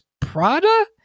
Prada